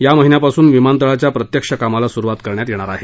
या महिन्यापासून विमानतळाच्या प्रत्यक्ष कामाला सुरूवात करण्यात येणार आहे